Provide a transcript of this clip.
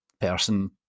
person